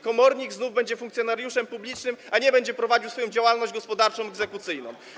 Komornik znów będzie funkcjonariuszem publicznym, a nie tym, który będzie prowadził swoją działalność gospodarczą, egzekucyjną.